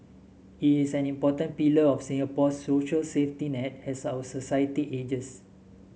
it is an important pillar of Singapore's social safety net as our society ages